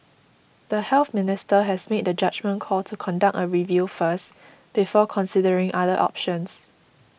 the Health Minister has made the judgement call to conduct a review first before considering other options